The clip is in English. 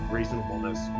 Reasonableness